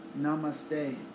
Namaste